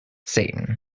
satan